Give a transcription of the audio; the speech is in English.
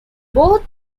both